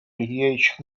влияющих